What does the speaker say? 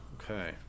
Okay